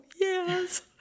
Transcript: yes